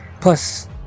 Plus